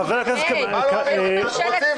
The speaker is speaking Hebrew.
מתן.